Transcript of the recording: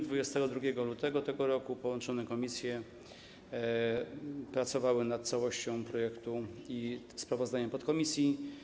22 lutego tego roku połączone komisje pracowały nad całością projektu i sprawozdaniem podkomisji.